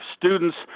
students